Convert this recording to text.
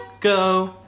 Go